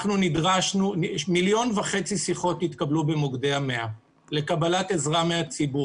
1.5 מיליון שיחות מהציבור לקבלת עזרה התקבלו במוקדי ה-100,